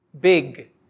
Big